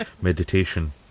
meditation